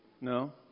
No